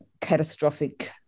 catastrophic